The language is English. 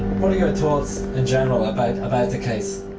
your thoughts in general about about the case?